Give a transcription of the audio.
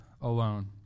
alone